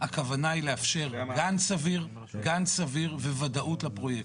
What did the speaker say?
הכוונה היא לאפשר גנץ אוויר וודאות לפרויקטים.